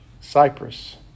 Cyprus